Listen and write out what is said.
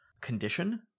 condition